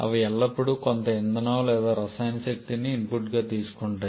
అవి ఎల్లప్పుడూ కొంత ఇంధనం లేదా రసాయన శక్తిని ఇన్పుట్గా తీసుకుంటాయి